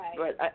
Right